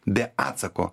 be atsako